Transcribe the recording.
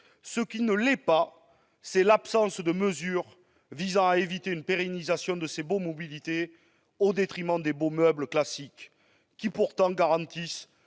en revanche, c'est l'absence de mesures visant à éviter une pérennisation de ces baux mobilité au détriment des baux meublés classiques qui, pourtant, garantissent